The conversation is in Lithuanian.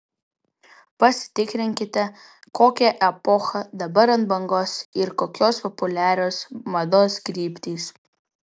pasitikrinkite kokia epocha dabar ant bangos ir kokios populiarios mados kryptys